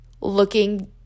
looking